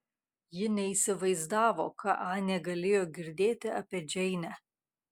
ji neįsivaizdavo ką anė galėjo girdėti apie džeinę